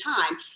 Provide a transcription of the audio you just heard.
time